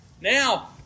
Now